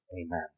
Amen